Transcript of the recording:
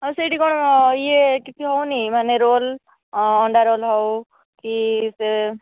ଆଉ ସେହିଠି କଣ ଇଏ କିଛି ହେଉନି ମାନେ ରୋଲ୍ ଅଣ୍ଡା ରୋଲ୍ ହେଉ କି ସେ